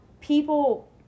people